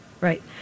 right